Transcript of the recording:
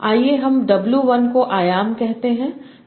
आइए हम w1 को आयाम कहते हैं